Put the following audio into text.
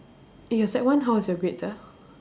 eh your sec one how was your grades ah